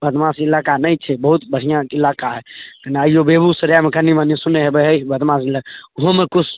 बदमाश इलाका नहि छै बहुत बढ़िआँ इलाका हइ एना अइऔ एगो बेगूसरायमे कनि मनि सुनै हेबै हइ ई बदमाश इलाका ओहोमे किछु